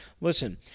Listen